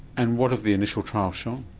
and what have the initial trials shown?